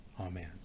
Amen